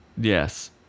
Yes